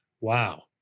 Wow